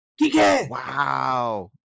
Wow